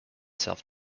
self